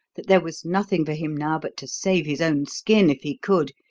that there was nothing for him now but to save his own skin if he could,